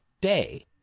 day